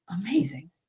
Amazing